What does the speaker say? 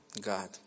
God